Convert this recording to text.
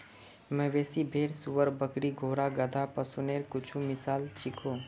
मवेशी, भेड़, सूअर, बकरी, घोड़ा, गधा, पशुधनेर कुछु मिसाल छीको